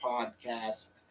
Podcast